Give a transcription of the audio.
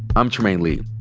i'm trymaine lee.